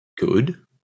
good